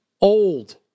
old